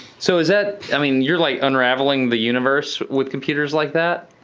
so is that, i mean you're like unraveling the universe with computers like that?